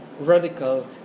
Radical